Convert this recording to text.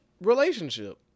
relationship